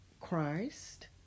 Christ